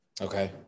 Okay